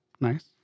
Nice